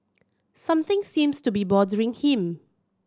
something seems to be bothering him